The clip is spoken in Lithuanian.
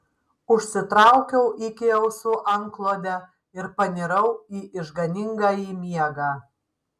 užsitraukiau iki ausų antklodę ir panirau į išganingąjį miegą